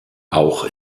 auch